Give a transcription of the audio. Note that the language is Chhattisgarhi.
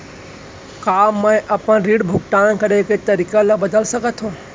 का मैं अपने ऋण भुगतान करे के तारीक ल बदल सकत हो?